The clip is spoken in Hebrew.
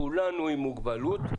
כולנו עם מוגבלות,